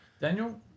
Daniel